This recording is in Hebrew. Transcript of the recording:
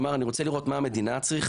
אמר שהוא רוצה לראות מה המדינה צריכה,